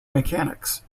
mechanics